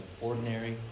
ordinary